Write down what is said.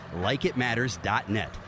LikeItMatters.net